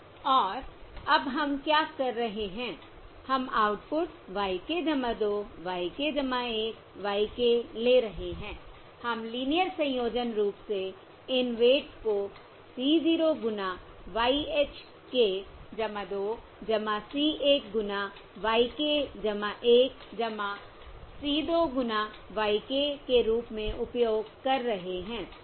और अब हम क्या कर रहे हैं हम output y k 2 y k 1 y k ले रहे हैं हम लीनियर संयोजन रूप से इन वेट्स को C 0 गुना yh k 2 C 1 गुना y k 1 C 2 गुना y k के रूप में उपयोग कर रहे हैं